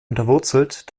unterwurzelt